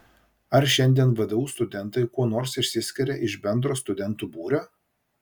ar šiandien vdu studentai kuo nors išsiskiria iš bendro studentų būrio